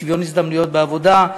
שוויון הזדמנויות בעבודה,